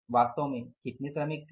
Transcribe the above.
वास्तव में कितने श्रमिक थे